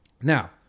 Now